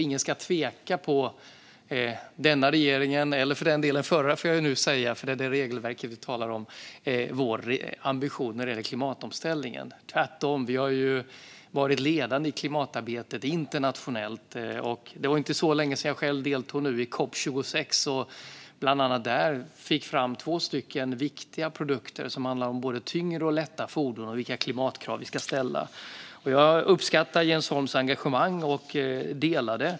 Ingen ska tveka om ambitionen när det gäller klimatomställningen i denna regering, eller för den delen i den förra - det är det regelverket vi talar om. Vi har varit ledande i klimatarbetet internationellt. Det var inte så länge sedan jag själv deltog i COP 26. Bland annat där fick jag fram två stycken viktiga produkter som handlar om vilka klimatkrav vi ska ställa på både tyngre och lätta fordon. Jag uppskattar Jens Holms engagemang och delar det.